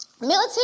military